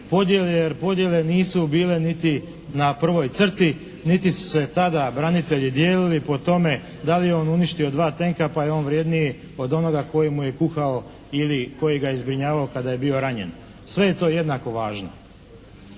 podjele, jer podjele nisu bile niti na prvoj crti niti su se tada branitelji dijelili po tome da li je on uništio dva tenka pa je on vrjedniji od onoga koji mu je kuhao ili koji ga je zbrinjavao kada je bio ranjen. Sve je to jednako važno.